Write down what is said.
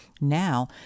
Now